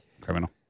criminal